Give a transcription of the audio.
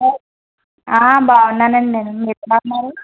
బాగున్నానండి మీరు ఎలా ఉన్నారు